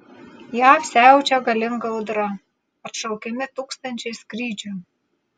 jav siaučia galinga audra atšaukiami tūkstančiai skrydžių